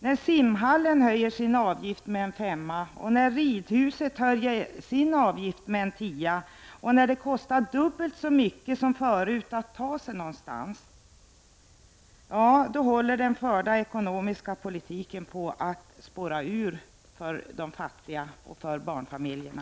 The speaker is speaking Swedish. När simhallen höjer sin avgift med en femma, när ridhuset höjer sin avgift med en tia och när det kostar dubbelt så mycket som förut att ta sig någonstans, ja då håller den förda ekonomiska politiken på att spåra ur för de fattiga och för barnfamiljerna.